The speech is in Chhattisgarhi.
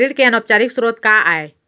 ऋण के अनौपचारिक स्रोत का आय?